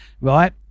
right